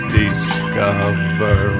discover